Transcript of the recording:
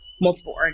multiple